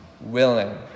willing